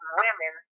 women